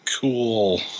cool